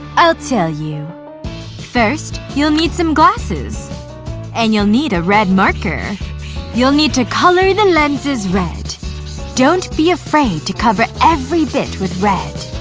i'll tell you first, you'll need some glasses and you'll need a red marker you'll need to color the lenses red don't be afraid to cover every bit with red